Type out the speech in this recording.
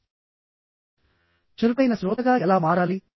చురుకైన శ్రోతగా ఎలా మారాలి